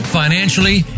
financially